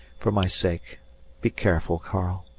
for my sake be careful, karl.